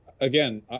again